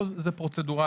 פה זה פרוצדורלי.